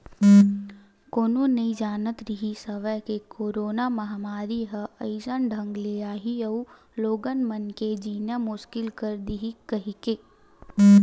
कोनो नइ जानत रिहिस हवय के करोना महामारी ह अइसन ढंग ले आही अउ लोगन मन के जीना मुसकिल कर दिही कहिके